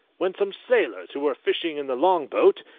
when some sailors who were fishing in the long-boat,